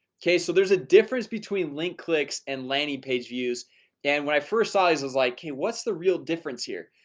okay, so there's a difference between link clicks and landing page views and when i first size is like okay, what's the real difference here?